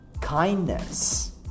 kindness